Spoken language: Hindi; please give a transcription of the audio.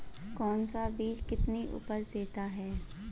कौन सा बीज कितनी उपज देता है?